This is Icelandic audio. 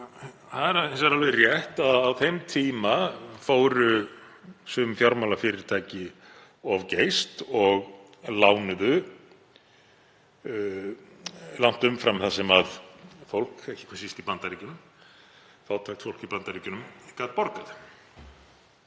vegar alveg rétt að á þeim tíma fóru sum fjármálafyrirtæki of geyst og lánuðu langt umfram það sem fólk, ekki hvað síst í Bandaríkjunum, fátækt fólk í Bandaríkjunum, gat borgað.